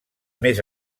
més